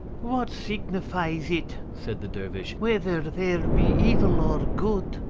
what signifies it, said the dervish, whether there be evil or good?